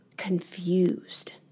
confused